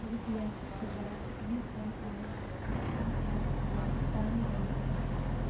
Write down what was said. रुपियाँ तिस हजार युएनआइसिइएफलाई दान गर्नुहोस्